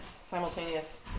simultaneous